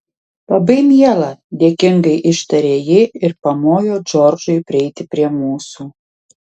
labai miela dėkingai ištarė ji ir pamojo džordžui prieiti prie mūsų